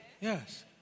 Yes